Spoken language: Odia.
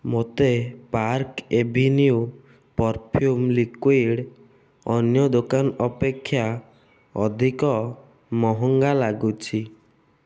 ମୋତେ ପାର୍କ୍ ଏଭିନ୍ୟୁ ପରଫ୍ୟୁମ୍ ଲିକ୍ୱିଡ଼୍ ଅନ୍ୟ ଦୋକାନ ଅପେକ୍ଷା ଅଧିକ ମହଙ୍ଗା ଲାଗୁଛି